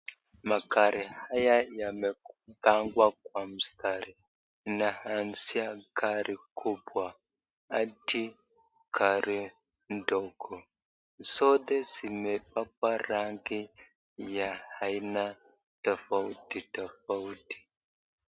Magari haya yamepangwa kwa mstari yanaanzia gari kubwa hadi gari ndogo zote zimepakwa rangi ya aina tofauti tofauti.